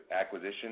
acquisition